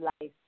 life